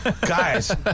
Guys